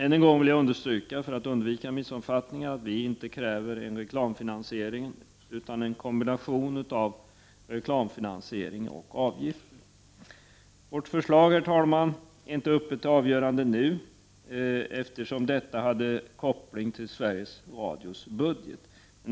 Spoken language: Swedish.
Än en gång vill jag understryka, för att undvika missuppfattningar, att vi inte kräver en reklamfinansiering, utan en kombination av reklamfinansiering och avgifter. Vårt förslag, herr talman, är inte uppe till avgörande nu, eftersom det hade koppling till Sveriges Radios budget.